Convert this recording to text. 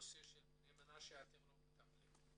בני מנשה, אתם לא מטפלים.